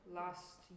last